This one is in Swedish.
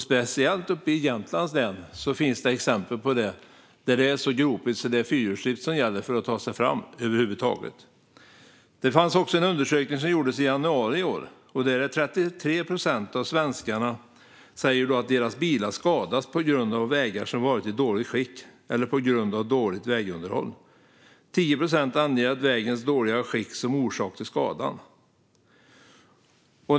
Speciellt uppe i Jämtlands län finns det ställen där det är så gropigt att det är fyrhjulsdrift som gäller om man över huvud taget ska kunna ta sig fram. Det gjordes en undersökning i januari i år. Där sa 33 procent av svenskarna att deras bilar skadats på grund av vägar som varit i dåligt skick eller på grund av dåligt vägunderhåll. 10 procent anger vägens dåliga skick som orsak till skadan.